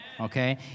Okay